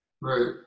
Right